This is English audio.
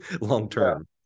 long-term